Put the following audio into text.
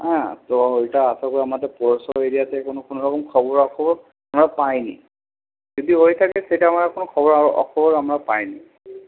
হ্যাঁ তো ওইটা আশা করি আমাদের এরিয়াতে কোনোরকম খবরাখবর আমরা পাইনি যদি হয়ে থাকে সেটা আমরা এখনো খবরা খবর পাইনি